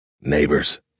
Neighbors